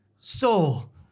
Soul